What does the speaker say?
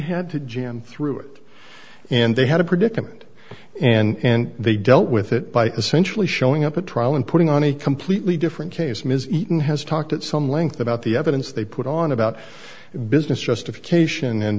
had to jam through it and they had a predicament and they dealt with it by essentially showing up at trial and putting on a completely different case ms eaton has talked at some length about the evidence they put on about business justification and